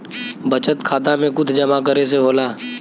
बचत खाता मे कुछ जमा करे से होला?